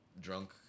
drunk